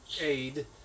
aid